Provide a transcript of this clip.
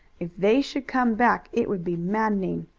if they should come back it would be maddening,